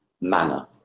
manner